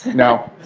now